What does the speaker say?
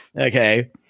okay